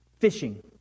fishing